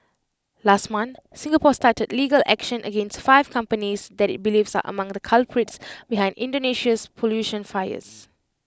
last month Singapore started legal action against five companies that IT believes are among the culprits behind Indonesia's pollution fires